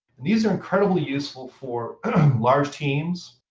and these are incredibly useful for large teams.